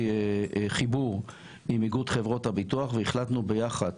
חיבור עם איגוד חברות הביטוח והחלטנו ביחד